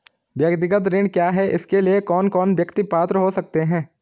व्यक्तिगत ऋण क्या है इसके लिए कौन कौन व्यक्ति पात्र हो सकते हैं?